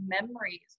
memories